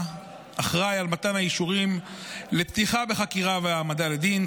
אחראי למתן האישורים לפתיחה בחקירה והעמדה לדין,